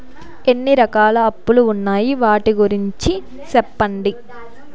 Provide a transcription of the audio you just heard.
ఎన్ని రకాల అప్పులు ఉన్నాయి? వాటి గురించి సెప్పండి?